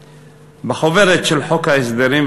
2014. בחוברת של חוק ההסדרים,